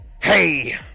Hey